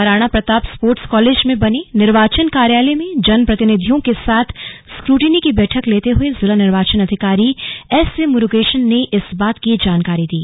Maharana Pratap sports college में बने निर्वाचन कार्यालय में जन प्रतिनिधयों के साथ स्क्र्टनी की बैठक लेते हुए जिला निर्वाचन अधिकारी एसए मुरूगेशन ने इस बात की जानकारी दी